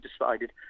decided